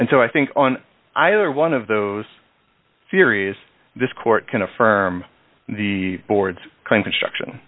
and so i think on either one of those theories this court can affirm the board's kind construction